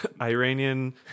Iranian